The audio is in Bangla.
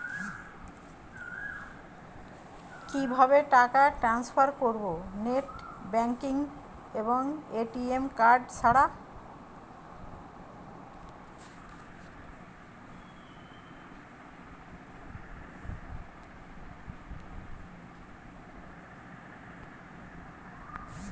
কিভাবে টাকা টান্সফার করব নেট ব্যাংকিং এবং এ.টি.এম কার্ড ছাড়া?